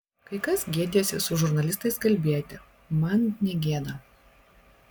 kai kas gėdijasi su žurnalistais kalbėti man negėda